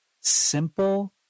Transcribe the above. simple